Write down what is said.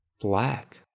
Black